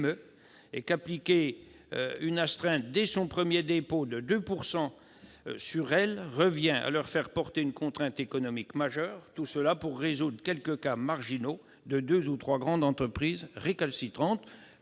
; leur appliquer une astreinte de 2 % dès le premier manquement reviendrait à leur faire porter une contrainte économique majeure, tout cela pour résoudre les cas marginaux de deux ou trois grandes entreprises récalcitrantes